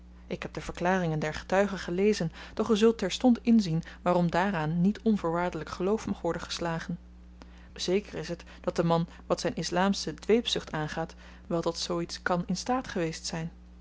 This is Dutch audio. ik heb de verklaringen der getuigen gelezen doch ge zult terstond inzien waarom daaraan niet onvoorwaardelyk geloof mag worden geslagen zéker is t dat de man wat zyn islamsche dweepzucht aangaat wel tot zoo iets kan in staat geweest zyn